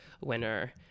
winner